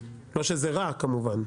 לא שזה רע כמובן,